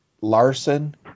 Larson